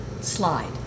slide